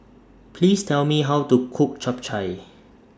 Please Tell Me How to Cook Chap Chai